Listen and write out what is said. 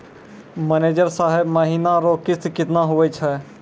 manager साहब महीना रो किस्त कितना हुवै छै